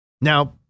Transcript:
now